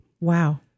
Wow